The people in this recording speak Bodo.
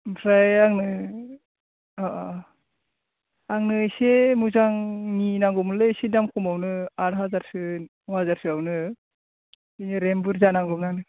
ओमफ्राय आंनो अह अह अह आंनो एसे मोजांनि नांगौमोनलै एसे दाम खमावनो आत हाजारसो न' हाजारसोआवनो रेम बुरजा नांगौमोन आंनो